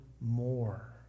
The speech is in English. more